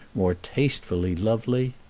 more tastefully lovely?